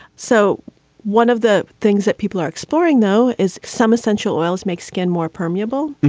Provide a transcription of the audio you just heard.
so one of the things that people are exploring, though, is some essential oils make skin more permeable.